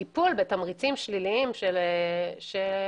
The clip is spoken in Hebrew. יש טיפול בתמריצים שליליים שחברות